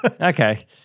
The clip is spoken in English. Okay